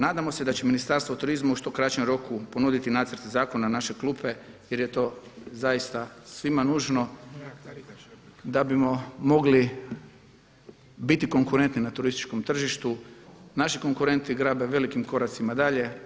Nadamo se da će Ministarstvo turizma u što kraćem roku ponuditi nacrte zakona u naše klupe jer je to zaista svim nužno da bismo mogli biti konkurentni na turističkom tržištu, naši konkurentni grabe velikim koracima dalje.